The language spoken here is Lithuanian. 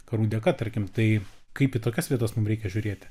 karų dėka tarkim tai kaip į tokias vietas mum reikia žiūrėti